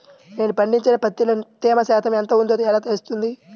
నేను పండించిన పత్తిలో తేమ శాతం ఎంత ఉందో ఎలా తెలుస్తుంది?